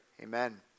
Amen